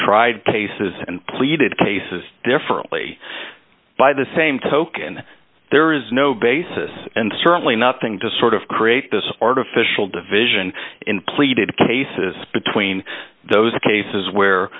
tried cases and pleaded cases differently by the same token there is no basis and certainly nothing to sort of create this artificial division in pleated cases between those cases where